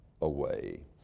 away